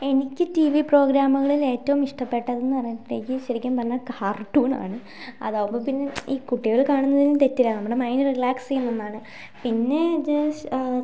എനിക്ക് ടിവി പ്രോഗ്രാമുകളിൽ ഏറ്റവും ഇഷ്ടപെട്ടതെന്നു പറഞ്ഞിട്ടുണ്ടെങ്കിൽ ശരിക്കും പറഞ്ഞാൽ കാർട്ടൂൺ ആണ് അതാകുമ്പോൾ പിന്നെ ഈ കുട്ടികൾ കാണുന്നതിനും തെറ്റില്ല നമ്മുടെ മൈൻഡ് റിലാക്സ് ചെയ്യുന്ന ഒന്നാണ് പിന്നെ ഇത്